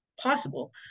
possible